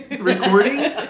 recording